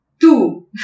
Two